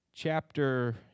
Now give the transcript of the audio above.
Chapter